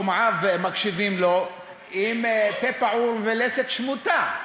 שומעיו מקשיבים לו בפה פעור ולסת שמוטה.